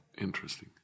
Interesting